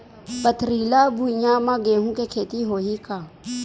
पथरिला भुइयां म गेहूं के खेती होही का?